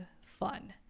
fun